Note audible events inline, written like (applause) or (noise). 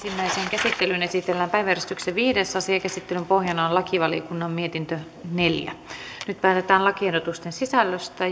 käsittelyyn esitellään päiväjärjestyksen viides asia käsittelyn pohjana on lakivaliokunnan mietintö neljä nyt päätetään lakiehdotusten sisällöstä (unintelligible)